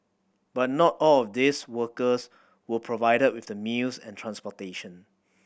but not all of these workers were provided with the meals and transportation